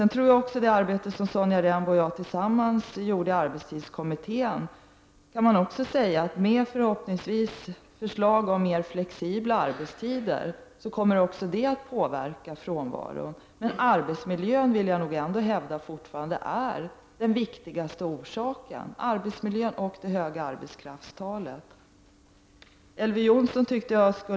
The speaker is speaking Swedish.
När det gäller det arbete som jag och Sonja Rembo utförde tillsammans i arbetstidskommittén kan man nog säga att också förslaget om mer flexibla arbetstider förhopp ningsvis kommer att påverka frånvaron. Jag vill ändå hävda att arbetsmiljön och det höga arbetskraftstalet fortfarande är de viktigaste orsakerna.